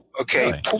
okay